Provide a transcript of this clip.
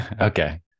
Okay